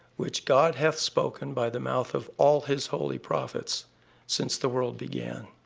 which god hath spoken by the mouth of all his holy prophets since the world began.